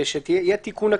ושיהיה תיקון עקיף.